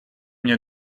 мне